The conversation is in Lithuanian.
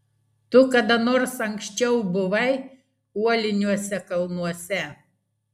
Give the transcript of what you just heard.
tu kada nors anksčiau buvai uoliniuose kalnuose